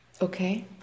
Okay